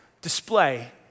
display